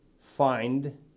find